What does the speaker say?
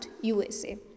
USA